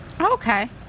Okay